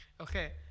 Okay